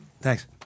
Thanks